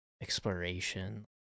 exploration